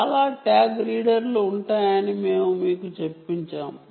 చాలా ట్యాగ్ రీడ్లు ఉంటాయని మేము మీకు చూపిస్తాము